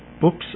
books